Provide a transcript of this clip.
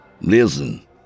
Listen